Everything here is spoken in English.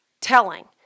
telling